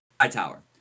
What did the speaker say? Hightower